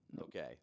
Okay